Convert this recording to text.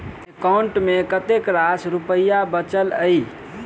account मे कतेक रास रुपया बचल एई